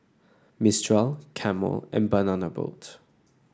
Mistral Camel and Banana Boat